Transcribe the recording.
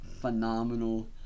phenomenal